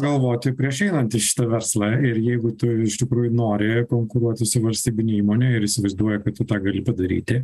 galvoti prieš einant į šitą verslą ir jeigu tu iš tikrųjų nori konkuruoti su valstybine įmone ir įsivaizduoji kad tu tą gali padaryti